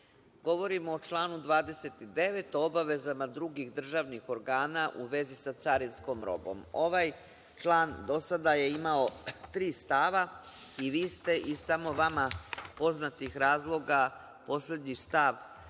Govorim o članu 29, o obavezama drugih državnih organa u vezi sa carinskom robom. Ovaj član do sada je imao tri stava i vi ste, iz samo vama poznatih razloga, poslednji stav